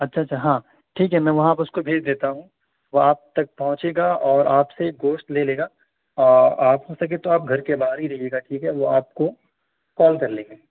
اچھا اچھا ہاں ٹھیک ہے میں وہاں پہ اس کو بھیج دیتا ہوں وہ آپ تک پہنچے گا اور آپ سے گوشت لے لے گا اور آپ ہو سکے تو آپ گھر کے باہر ہی رہیے گا ٹھیک ہے وہ آپ کو کال کر لیں گے